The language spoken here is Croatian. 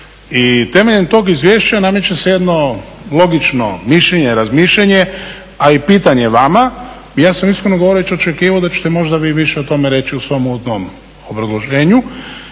I temeljem tog izvješća nameće se jedno logično mišljenje, razmišljanje a i pitanje vama, ja sam iskreno govoreći očekivao da ćete možda vi više o tome reći u svom uvodnom obrazloženju